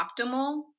optimal